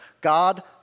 God